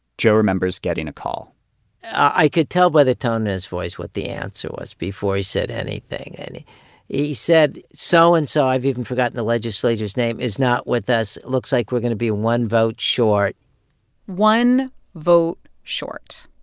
joe remembers getting a call i could tell by the tone in his voice what the answer was before he said anything. and he said, so and so i've even forgotten the legislator's name is not with us. it looks like we're going to be one vote short one vote short.